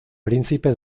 príncipe